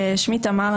שמי תמר.